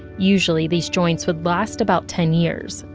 usually these joints would last about ten years,